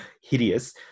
hideous